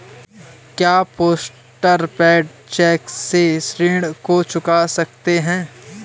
क्या post paid cheque से ऋण को चुका सकते हैं?